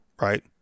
right